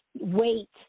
wait